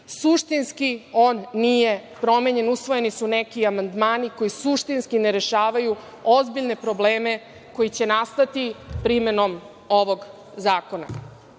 suštinski on nije promenjen. Usvojeni su neki amandmani koji suštinski ne rešavaju ozbiljne probleme koji će nastati primenom ovog zakona.U